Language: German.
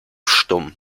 stumm